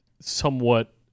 somewhat